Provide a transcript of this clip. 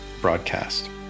broadcast